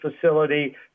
facility